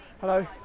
hello